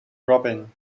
robin